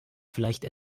vielleicht